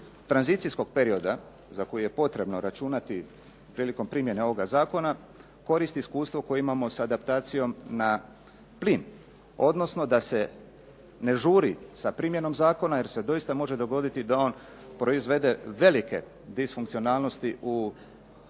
tranzicijskog perioda za koji je potrebno računati prilikom primjene ovoga zakona koristi iskustvo koje imamo sa adaptacijom na plin, odnosno da se ne žuri sa primjenom zakona jer se doista može dogoditi da on proizvede velike disfunkcionalnosti u